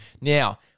Now